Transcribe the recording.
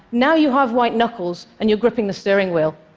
now you have white knuckles and you're gripping the steering wheel.